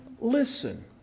listen